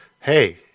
hey